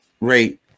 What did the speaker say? rate